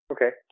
Okay